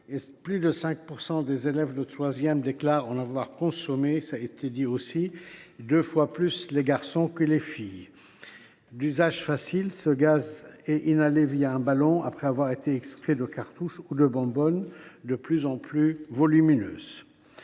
Plus de 5 % des élèves de troisième déclarent en avoir consommé, deux fois plus de garçons que de filles. D’usage facile, ce gaz est inhalé un ballon après avoir été extrait de cartouches ou de bonbonnes de plus en plus volumineuses.